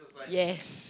yes